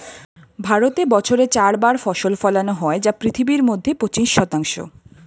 ভারতে বছরে চার বার ফসল ফলানো হয় যা পৃথিবীর মধ্যে পঁচিশ শতাংশ